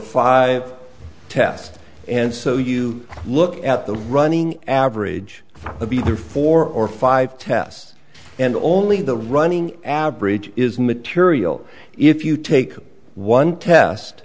five tests and so you look at the running average for a bigger four or five tests and all only the running average is material if you take one test